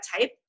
type